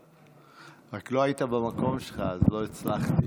לא היית במקום שלך, אז לא הצלחתי.